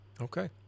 Okay